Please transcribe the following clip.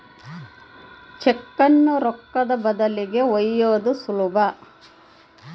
ಚೆಕ್ಕುನ್ನ ರೊಕ್ಕದ ಬದಲಿಗಿ ಒಯ್ಯೋದು ಸುಲಭ